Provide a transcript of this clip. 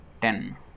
ten